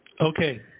Okay